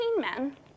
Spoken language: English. men